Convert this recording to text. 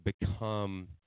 become